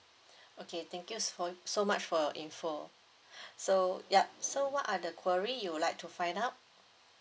okay thank you for so much for your info so ya so what are the query you would like to find out